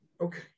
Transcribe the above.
Okay